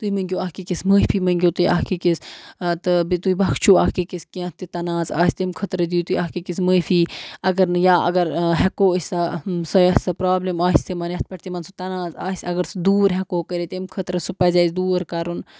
تُہۍ مٔنٛگِو اَکھ أکِس معٲفی مٔنٛگِو تُہۍ اَکھ أکِس تہٕ بیٚیہِ تُہۍ بَخچوٗ اَکھ أکِس کینٛہہ تہِ تَناز آسہِ تیٚمہِ خٲطرٕ دِیِو تُہۍ اَکھ أکِس مٲفی اگر نہٕ یا اَگَر ہٮ۪کو أسۍ سۄ سۄ یَس سۄ پرٛابلِم آسہِ تِمَن یَتھ پٮ۪ٹھ تِمَن سُہ تَناز آسہِ اگر سُہ دوٗر ہٮ۪کو کٔرِتھ تمہِ خٲطرٕ سُہ پَزِ اَسہِ دوٗر کَرُن